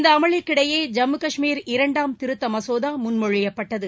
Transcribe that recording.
இந்த அமளிக்கிடையே ஜம்மு காஷ்மீர் இரண்டாம் திருத்த மசோதா முன்மொழியப்பட்டது